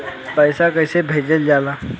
पैसा कैसे भेजल जाला?